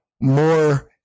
more